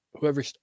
whoever